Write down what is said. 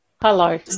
Hello